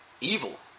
evil